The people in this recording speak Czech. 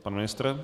Pan ministr?